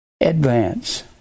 advance